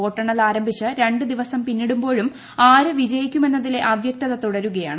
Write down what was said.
വോട്ടെണ്ണൽ ആരംഭിച്ച് രണ്ട് ദിവസം പിന്നിടുമ്പോഴും ആര് വിജിയിക്കുമെന്നതിലെ അവൃക്തത തുടരുകയാണ്